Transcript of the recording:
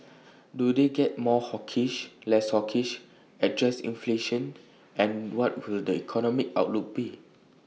do they get more hawkish less hawkish address inflation and what will the economic outlook be